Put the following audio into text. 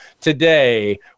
today